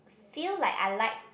feel like I like